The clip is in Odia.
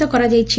ନ କରାଯାଇଛି